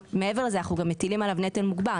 מעבר לזה, אנחנו גם מטילים עליו נטל מוגבר.